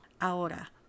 Ahora